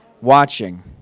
watching